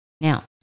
Now